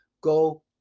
go